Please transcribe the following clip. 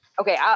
okay